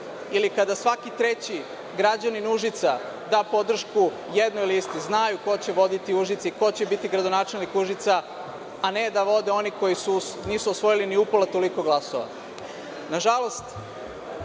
Ili kada svaki treći građanin Užica da podršku jednoj listi, da onda znaju ko će voditi Užice i ko će biti gradonačelnik Užica, a ne da vode oni koji nisu osvojili ni upola toliko glasova. Nažalost,